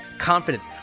confidence